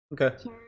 Okay